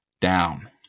down